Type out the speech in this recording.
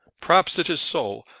perhaps it is so.